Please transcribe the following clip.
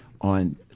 on